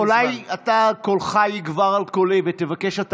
אולי קולך יגבר על קולי ותבקש אתה,